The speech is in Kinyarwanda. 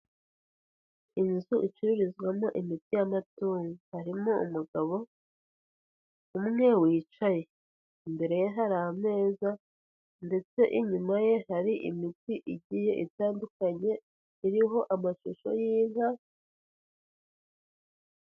Inzu icururizwamo imiti y'amatungo, harimo umugabo umwe wicaye, imbere ye hari ameza ndetse inyuma ye hari imiti igiye itandukanye iriho amashusho y'inka.